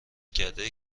کرده